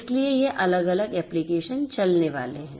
इसलिए यह अलग अलग एप्लिकेशन चलने वाले हैं